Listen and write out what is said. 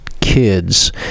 kids